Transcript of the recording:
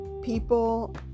people